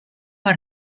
per